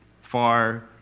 far